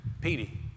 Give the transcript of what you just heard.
Petey